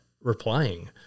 replying